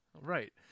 Right